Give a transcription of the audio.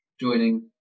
joining